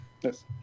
Yes